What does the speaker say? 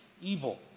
evil